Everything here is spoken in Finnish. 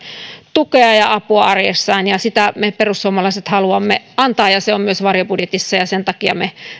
tukea ja apua arjessaan ja sitä me perussuomalaiset haluamme antaa ja se on myös varjobudjetissa sen takia me